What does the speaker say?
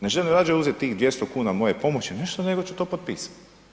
Ne žele radije uzeti tih 200 kuna moje pomoći nešto nego će to potpisati.